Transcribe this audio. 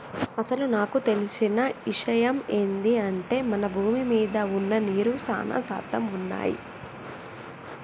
అసలు నాకు తెలిసిన ఇషయమ్ ఏంది అంటే మన భూమి మీద వున్న నీరు సానా శాతం వున్నయ్యి